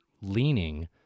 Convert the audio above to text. leaning